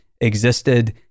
existed